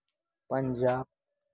Punjab